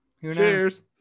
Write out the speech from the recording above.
cheers